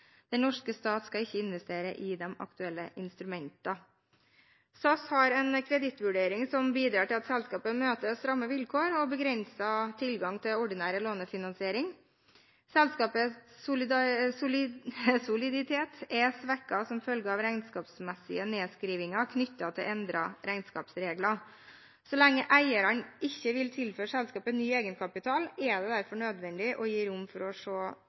Den norske stat skal ikke investere i de aktuelle instrumentene. SAS har en kredittvurdering som bidrar til at selskapet møter stramme vilkår og begrenset tilgang til ordinær lånefinansiering. Selskapets soliditet er svekket som følge av regnskapsmessige nedskrivninger knyttet til endrede regnskapsregler. Så lenge eierne ikke vil tilføre selskapet ny egenkapital, er det derfor nødvendig å gi rom for å se